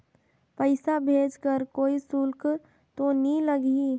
पइसा भेज कर कोई शुल्क तो नी लगही?